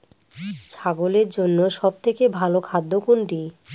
ছাগলের জন্য সব থেকে ভালো খাদ্য কোনটি?